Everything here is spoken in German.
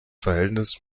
verhältnis